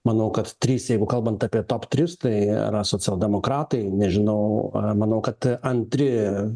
manau kad trys jeigu kalbant apie top tris tai yra socialdemokratai nežinau manau kad antri